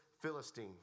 Philistine